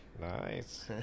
Nice